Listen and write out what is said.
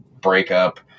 breakup